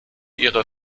ihre